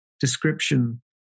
description